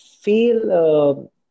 feel